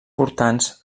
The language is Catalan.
portants